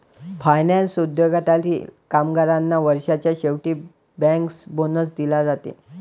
finance उद्योगातील कामगारांना वर्षाच्या शेवटी बँकर्स बोनस दिला जाते